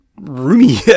Roomy